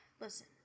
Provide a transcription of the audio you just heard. Listen